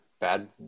bad